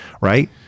right